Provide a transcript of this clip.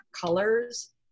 colors